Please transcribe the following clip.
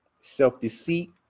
self-deceit